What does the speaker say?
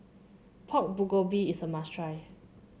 Pork Bulgogi is a must try